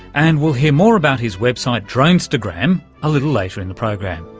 and we'll hear more about his website dronestagram a little later in the program.